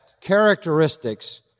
characteristics